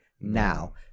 now